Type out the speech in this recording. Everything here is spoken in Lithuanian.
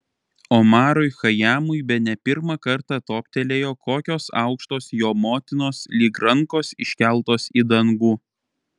omarui chajamui bene pirmą kartą toptelėjo kokios aukštos jo motinos lyg rankos iškeltos į dangų